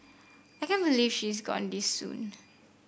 I can't believe she is gone this soon